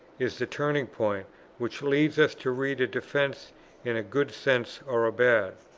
is the turning-point which leads us to read a defence in a good sense or a bad.